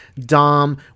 Dom